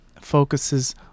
focuses